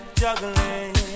juggling